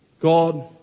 God